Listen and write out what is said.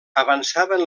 avançaven